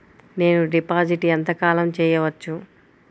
నేను డిపాజిట్ ఎంత కాలం చెయ్యవచ్చు?